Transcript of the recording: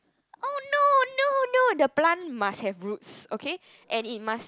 oh no no no the plant must have roots okay and it must